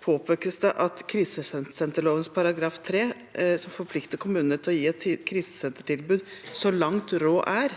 påpekes det at krisesenterloven § 3, som forplikter kommunene til å gi et krisesentertilbud så langt råd er,